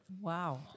Wow